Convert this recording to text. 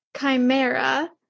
chimera